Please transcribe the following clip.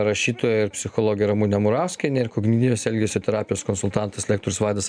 rašytoja ir psichologė ramunė murauskienė ir kognityvinės elgesio terapijos konsultantas lektorius vaidas